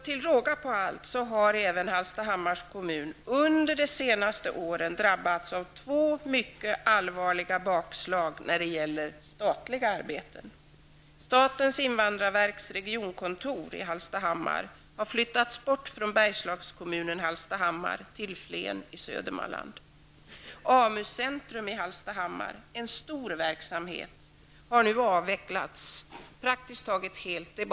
Till råga på allt har även Hallstahammars kommun under de senaste åren drabbats av två mycket allvarliga bakslag när det gäller statliga arbeten. Hallstahammar, en stor verksamhet, har nu avvecklats praktiskt taget helt och hållet.